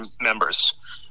members